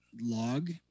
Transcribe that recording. log